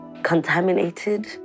contaminated